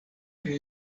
pri